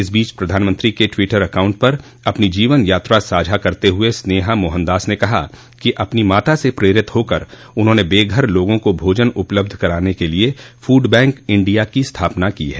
इस बीच प्रधानमंत्री के ट्वीटर एकाउंट पर अपनी जीवन यात्रा साझा करते हुए स्नेहा मोहनदास ने कहा कि अपनी माता से प्रेरित होकर उन्होंने बे घर लोगों को भोजन उपलब्ध कराने के लिए फूडबैंक इंडिया की स्थापना की है